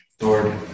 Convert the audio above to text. Lord